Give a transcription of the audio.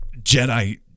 jedi